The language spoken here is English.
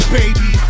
baby